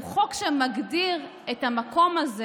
הוא חוק שמגדיר את המקום הזה